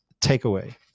takeaway